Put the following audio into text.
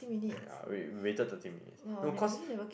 ya wait we waited thirty minutes no cause